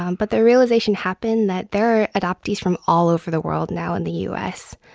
um but the realization happened that there are adoptees from all over the world now in the u s,